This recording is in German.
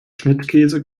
schnittkäse